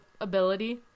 ability